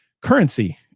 currency